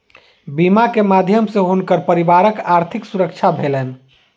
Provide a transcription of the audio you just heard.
बीमा के माध्यम सॅ हुनकर परिवारक आर्थिक सुरक्षा भेलैन